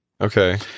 Okay